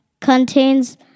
contains